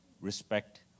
respect